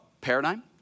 paradigm